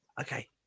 okay